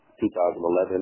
2011